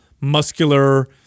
muscular